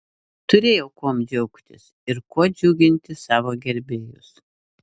turėjau kuom džiaugtis ir kuo džiuginti savo gerbėjus